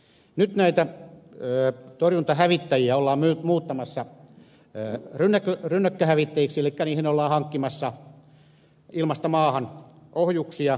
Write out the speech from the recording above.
nyt näitä torjuntahävittäjiä ollaan muuttamassa rynnäkköhävittäjiksi elikkä niihin ollaan hankkimassa ilmasta maahan ohjuksia